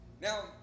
Now